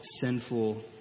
sinful